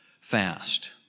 fast